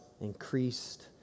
increased